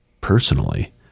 personally